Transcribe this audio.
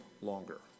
longer